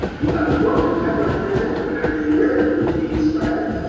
you got a fortune right round your neck whenever you wear them, undine spragg.